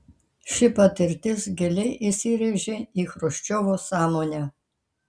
ši patirtis giliai įsirėžė į chruščiovo sąmonę